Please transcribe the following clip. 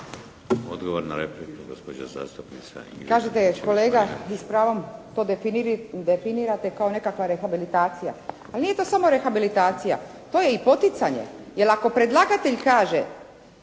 Odgovor na repliku, gospođa zastupnica